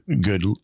good